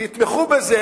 תתמכו בזה,